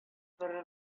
борынгы